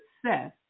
success